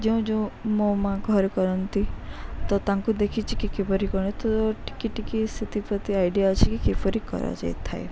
ଯେଉଁ ଯେଉଁ ମୋ ମାଆ ଘରେ କରନ୍ତି ତ ତାଙ୍କୁ ଦେଖିଛି କି କିପରି କରନ୍ତି ତ ଟିକେ ଟିକେ ସେଥିପ୍ରତି ଆଇଡ଼ିଆ ଅଛି କି କିପରି କରାଯାଇଥାଏ